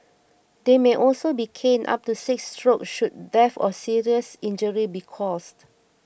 they may also be caned up to six strokes should death or serious injury be caused